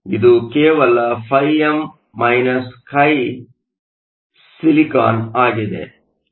ಆದ್ದರಿಂದ ಇದು ಕೇವಲ φm χSi ಆಗಿದೆ